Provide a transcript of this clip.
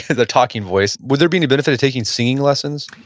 their talking voice? would there be any benefit of taking singing lessons?